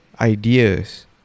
ideas